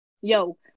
Yo